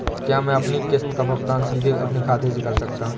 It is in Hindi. क्या मैं अपनी किश्त का भुगतान सीधे अपने खाते से कर सकता हूँ?